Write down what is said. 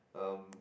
um